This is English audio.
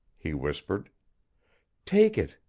he whispered take it,